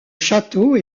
château